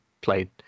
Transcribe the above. played